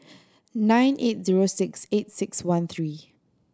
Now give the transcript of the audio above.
nine eight zero six eight six one three